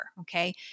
okay